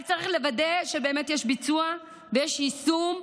רק צריך לוודא שבאמת יש ביצוע ויש יישום,